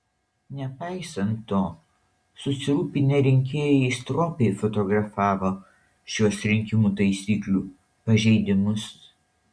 nepaisant to susirūpinę rinkėjai stropiai fotografavo šiuos rinkimų taisyklių pažeidimus